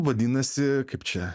vadinasi kaip čia